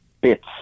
bits